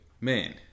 man